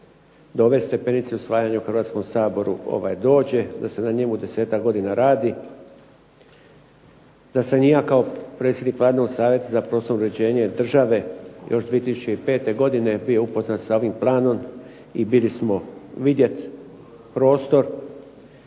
do ove stepenice usvajanja u Hrvatskom saboru dođe, da se na njemu desetak godina radi, da sam i ja kao predsjednik Vladinog Savjeta za prostorno uređenje države još 2005. godine bio upoznat sa ovim planom i bili smo vidjeti prostor,